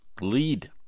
lead